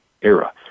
era